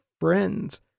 Friends